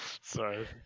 Sorry